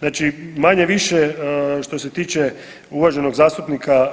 Znači manje-više što se tiče uvaženog zastupnika